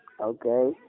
Okay